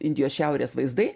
indijos šiaurės vaizdai